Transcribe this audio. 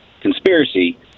conspiracy